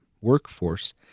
workforce